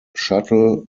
shuttle